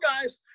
guys